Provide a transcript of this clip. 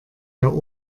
der